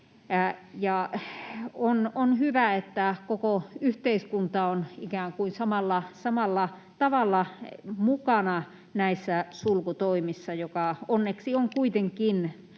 On hyvä, että koko yhteiskunta on ikään kuin samalla tavalla mukana näissä sulkutoimissa, jotka kuitenkin